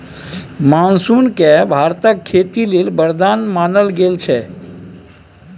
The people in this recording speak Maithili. मानसून केँ भारतक खेती लेल बरदान मानल गेल छै